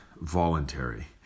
voluntary